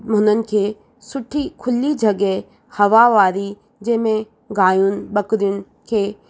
हुननि खे सुठी खुली जॻहि हवा वारी जंहिं में गायूं ॿकिरियुनि खे